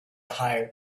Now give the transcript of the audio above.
hire